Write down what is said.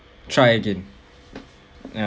try again ya